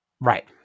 Right